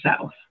South